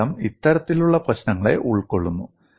ഈ ഘടകം ഇത്തരത്തിലുള്ള പ്രശ്നങ്ങളെ ഉൾക്കൊള്ളുന്നു